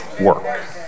Work